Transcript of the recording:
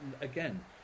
again